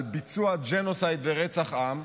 על ביצוע ג'נוסייד ורצח עם,